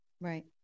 Right